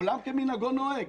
עולם כמנהגו נוהג.